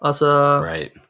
Right